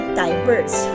diverse